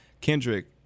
Kendrick